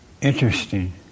interesting